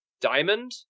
diamond